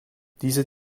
diese